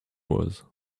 was